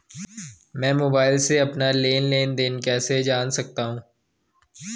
मैं मोबाइल से अपना लेन लेन देन कैसे जान सकता हूँ?